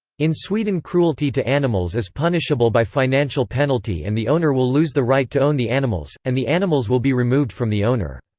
in sweden cruelty to animals is punishable by financial penalty and the owner will lose the right to own the animals, and the animals will be removed from the owner.